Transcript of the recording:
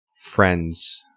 Friends